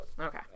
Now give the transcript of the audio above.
Okay